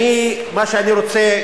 מה שאני רוצה,